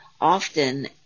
often